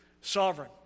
sovereign